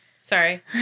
Sorry